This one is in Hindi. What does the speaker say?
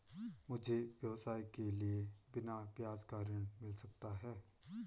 मुझे व्यवसाय के लिए बिना ब्याज का ऋण मिल सकता है?